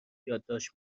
یادداشت